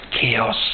chaos